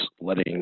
letting